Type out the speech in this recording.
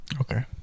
okay